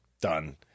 Done